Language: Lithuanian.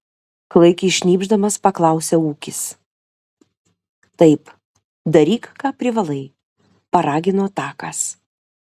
klaikiai šnypšdamas paklausė ūkis taip daryk ką privalai paragino takas